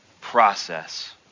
process